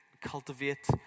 cultivate